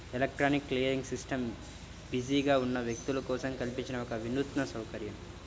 electronic clearing system బిజీగా ఉన్న వ్యక్తుల కోసం కల్పించిన ఒక వినూత్న సౌకర్యం